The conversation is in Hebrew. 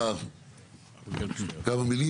זאת גם קרקע,